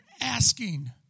asking